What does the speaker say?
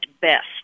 best